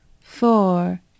Four